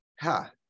Ha